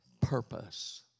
purpose